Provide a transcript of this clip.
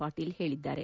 ಪಾಟೀಲ್ ಹೇಳಿದ್ದಾರೆ